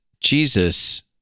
Jesus